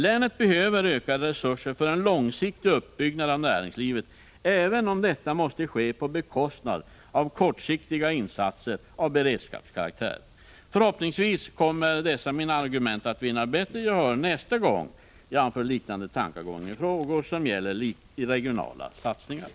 Länet behöver ökade resurser för en långsiktig uppbyggnad av näringslivet, även om detta måste ske på bekostnad av kortsiktiga insatser av beredskapskaraktär. Förhoppningsvis kommer dessa mina argument att vinna bättre gehör nästa gång jag anför liknande tankegångar i frågor som gäller regionala insatser.